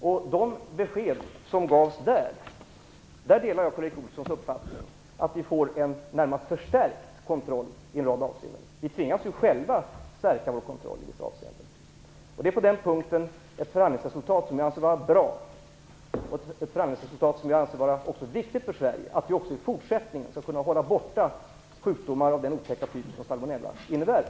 Jag delar Karl Erik Olsson uppfattning när det gäller de besked som gavs där, dvs. att vi i Sverige får en närmast förstärkt kontroll i en rad avseenden. Vi tvingas ju själva i en rad avseenden att stärka vår egen kontroll. Det är ett förhandlingsresultat som jag anser vara bra och viktigt för Sverige, nämligen att vi också i fortsättningen skall kunna hålla borta sjukdomar av den otäcka typ som salmonella är.